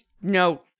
No